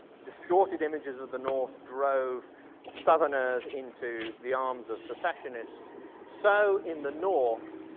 distorted images of the north drove southerners into the arms of secessionists so in the north